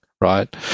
right